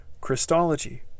Christology